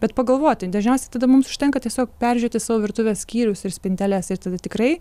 bet pagalvoti dažniausiai tada mums užtenka tiesiog peržiūrėti savo virtuvės skyrius ir spinteles ir tada tikrai